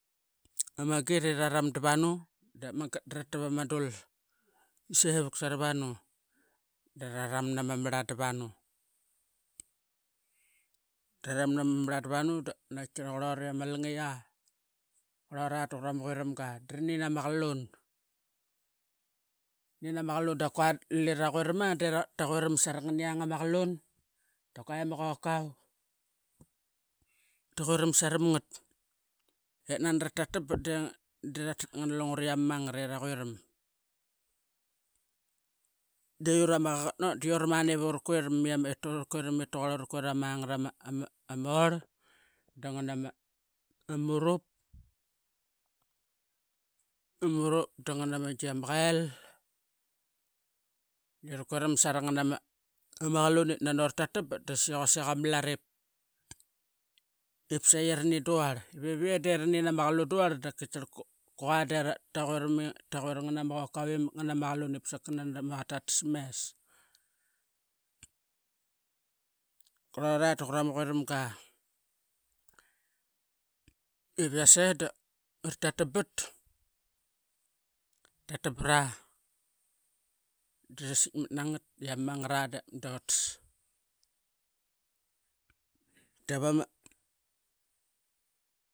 Git iraram davanu depmanget dratave sevuk saravanu draram nama maran davanu. Traram nama maran davanu danaqitki qurora langiqi duqurama queramga dranin ama qalun dap qua delira raquirama dera queram sarama qalun dap qua qokau taqueram saramngat ip nani ratatbat dratat lungure ama manget ilira raqueram deut ama qaqet deut ramania. Iv uraqueram ip taquar uraquerama orl dangan ma murup dangan amagi ama quel i raqueram sarama qalun ip nano ratatabat de saqi quasik ama lat ip saqi rananim duarl ivep ve yei deranim ama qalun duar dap katraqar qua de raqueram ama qokau imak nganama qalun ip sakana ma qaqet tator mes. Quroka duqura ma queramga ivev i yas ea doratatabat tatabra drasitmat na ngat i ama mangatra dotas davama.